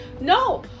No